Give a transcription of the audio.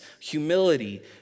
humility